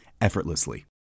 effortlessly